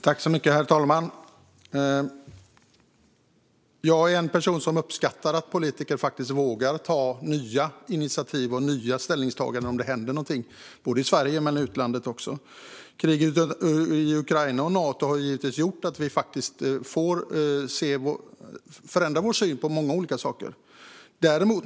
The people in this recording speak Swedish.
Herr talman! Jag är en person som uppskattar att politiker vågar ta nya initiativ och göra nya ställningstaganden om det händer något i Sverige eller utlandet. Kriget i Ukraina liksom Nato har givetvis förändrat vår syn på många olika saker.